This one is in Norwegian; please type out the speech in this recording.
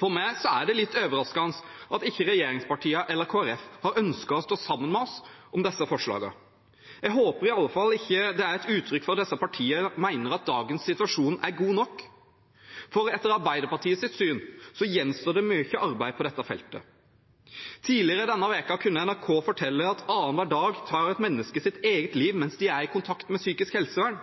For meg er det litt overraskende at verken regjeringspartiene eller Kristelig Folkeparti har ønsket å stå sammen med oss om disse forslagene. Jeg håper iallfall ikke det er et uttrykk for at disse partiene mener at dagens situasjon er god nok, for etter Arbeiderpartiets syn gjenstår det mye arbeid på dette feltet. Tidligere denne uken kunne NRK fortelle at ett menneske annenhver dag tar sitt eget liv mens de er i kontakt med psykisk helsevern.